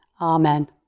Amen